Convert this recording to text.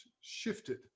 shifted